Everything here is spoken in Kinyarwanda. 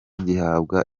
gihabwa